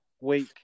week